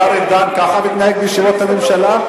השר ארדן ככה מתנהג בישיבות הממשלה?